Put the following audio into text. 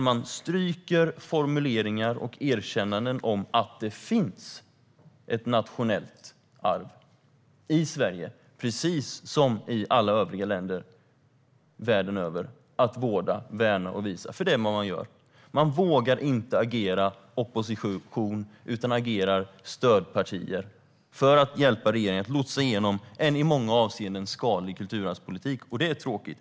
Man stryker där formuleringar om och erkännanden av att det finns ett nationellt arv i Sverige, precis som i alla övriga länder världen över, att vårda, värna och visa. Det är vad Alliansen gör. Man vågar inte agera opposition, utan man agerar stödpartier för att hjälpa regeringen att lotsa igenom en i många avseenden skadlig kulturarvspolitik. Det är tråkigt.